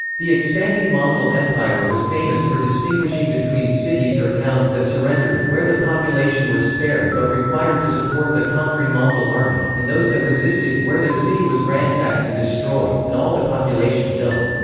the expanding mongol empire was famous for distinguishing between cities or towns that surrendered, where the population were spared but required to support the conquering mongol army, and those that resisted, where their city was ransacked and destroyed, and all the population killed.